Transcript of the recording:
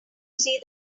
see